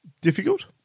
difficult